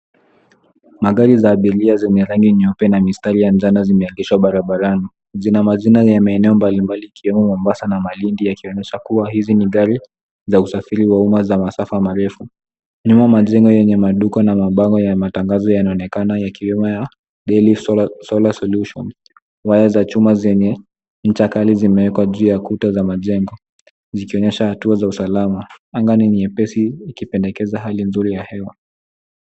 Magari za abiria zenye rangi nyeupe na mistari ya njano zimeanzishwa barabarani. Zina majina ya maeneo mbalimbali ikiwemo Mombasa na Malindi yakionesha kuwa hizi ni gari za usafiri wa umma za masafa marefu. Nyuma majengo yenye maduka na mabango ya matangazo yanaonekana yakiwemo ya daily solar solution . Waeza chuma zenye incha kali zimewekwa juu ya kuta za majengo zikionyesha hatua za usalama. Anga ni nyepesi ikipendekeza hali nzuri ya hewa.